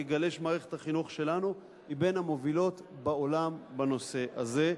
יגלה שמערכת החינוך שלנו היא בין המובילות בעולם בנושא הזה.